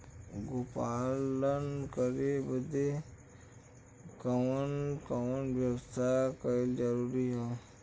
गोपालन करे बदे कवन कवन व्यवस्था कइल जरूरी ह?